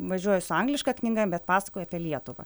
važiuoju su angliška knyga bet pasakoju apie lietuvą